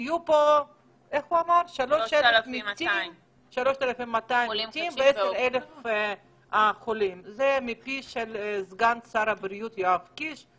יהיו פה 3,200 מתים ו-10,000 חולים זה מפיו של סגן בריאות יואב קיש.